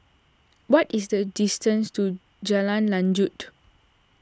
what is the distance to Jalan Lanjut